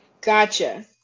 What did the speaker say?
Gotcha